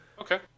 Okay